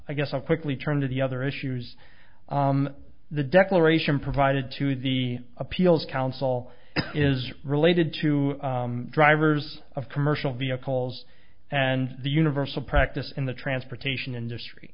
i guess i'll quickly turn to the other issues the declaration provided to the appeals council is related to drivers of commercial vehicles and the universal practice in the transportation industry